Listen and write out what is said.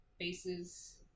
faces